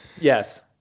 Yes